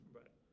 right